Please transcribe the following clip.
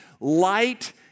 Light